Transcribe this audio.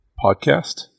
Podcast